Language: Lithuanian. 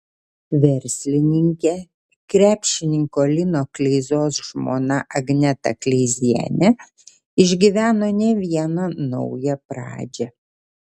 verslininkė krepšininko lino kleizos žmona agneta kleizienė išgyveno ne vieną naują pradžią